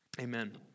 Amen